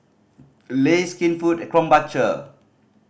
Lays Skinfood and Krombacher